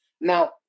Now